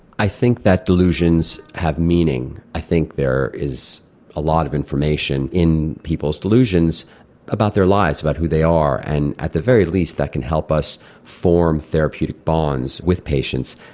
i think that delusions have meaning. i think there is a lot of information in people's delusions about their lives, about who they are and at the very least that can help us form therapeutic bonds with patients.